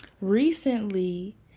Recently